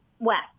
west